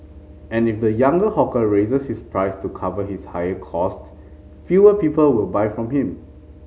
and if the younger hawker raises his prices to cover his higher cost fewer people will buy from him